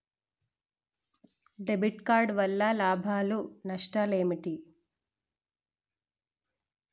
Debit card వల్ల లాభాలు నష్టాలు ఏమిటి?